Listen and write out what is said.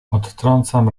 odtrącam